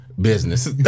business